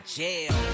jail